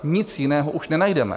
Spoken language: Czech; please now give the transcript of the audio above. Nic jiného už nenajdeme.